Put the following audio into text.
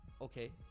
okay